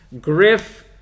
Griff